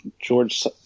George